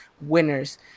winners